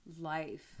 life